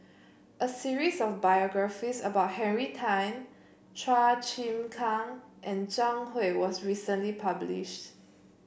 a series of biographies about Henry Tan Chua Chim Kang and Zhang Hui was recently publishes